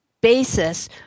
basis